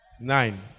Nine